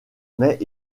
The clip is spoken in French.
mais